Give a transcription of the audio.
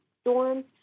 storm